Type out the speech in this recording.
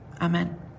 Amen